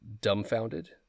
dumbfounded